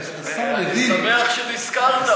אני שמח שנזכרת.